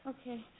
Okay